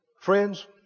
Friends